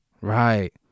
right